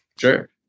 sure